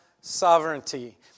sovereignty